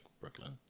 Brooklyn